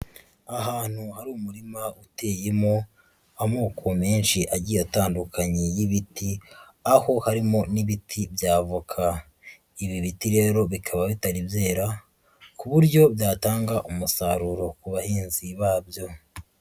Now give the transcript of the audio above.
Ahantu hari umurima uteyemo amoko menshi agiye atandukanye y'ibiti, aho harimo n'ibiti bya avoka, ibi biti rero bikaba bitari byera, ku buryo byatanga umusaruro ku bahinzi babyo.